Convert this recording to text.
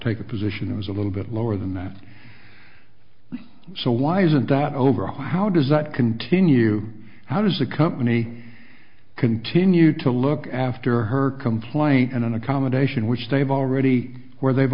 take a position that was a little bit lower than that so why isn't that over how does that continue how does the company continue to look after her complaint and an accommodation which they've already where they've